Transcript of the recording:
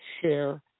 share